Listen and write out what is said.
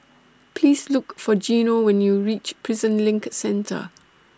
Please Look For Geno when YOU REACH Prison LINK Centre